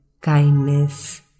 kindness